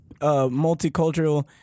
multicultural